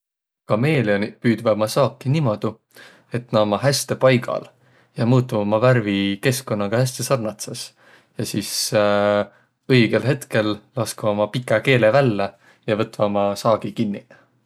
Kameeleoniq püüdväq umma saaki niimoodu, et nä ommaq häste paigal ja muutvaq uma värvi keskkonnaga häste sarnatsõs. Ja sis õigõ hetkel laskvaq uma pikä keele vällä ja võtvaq uma saagi kinniq.